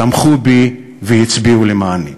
תמכו בי והצביעו למעני.